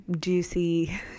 juicy